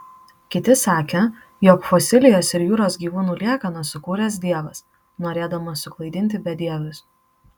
kiti sakė jog fosilijas ir jūros gyvūnų liekanas sukūręs dievas norėdamas suklaidinti bedievius